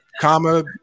comma